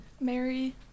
Mary